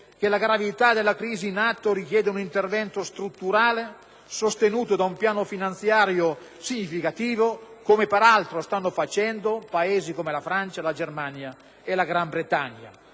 che la gravità della crisi in atto richieda un intervento strutturale, sostenuto da un piano finanziario significativo, come peraltro stanno facendo Paesi come la Francia, la Germania e la Gran Bretagna.